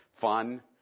fun